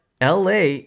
LA